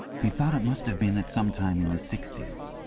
he thought it must have been at some time in the sixties,